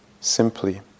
simply